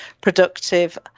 productive